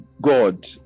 god